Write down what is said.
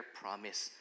promise